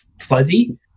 fuzzy